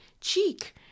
cheek